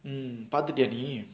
mm பாத்துட்டியா நீ:paathutiyaa nee